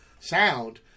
sound